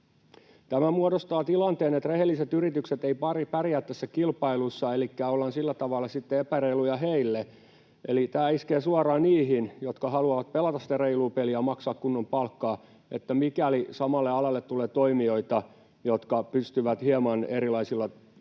Tämä muodostaa tilanteen, että rehelliset yritykset eivät pärjää tässä kilpailussa, elikkä ollaan sillä tavalla sitten epäreiluja heille. Tämä iskee suoraan niihin, jotka haluavat pelata reilua peliä ja maksaa kunnon palkkaa, mikäli samalle alalle tulee toimijoita, jotka pystyvät hieman erilaisilla työsuhteilla